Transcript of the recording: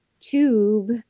tube